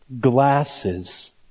glasses